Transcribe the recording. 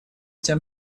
тем